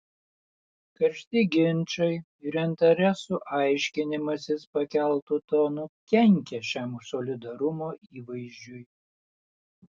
karšti ginčai ir interesų aiškinimasis pakeltu tonu kenkia šiam solidarumo įvaizdžiui